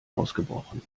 ausgebrochen